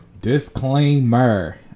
Disclaimer